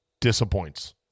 disappoints